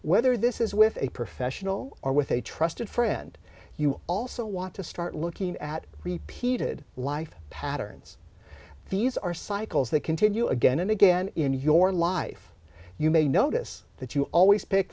whether this is with a professional or with a trusted friend you also want to start looking at repeated life patterns these are cycles that continue again and again in your life you may notice that you always pick